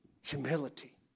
humility